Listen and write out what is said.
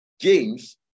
James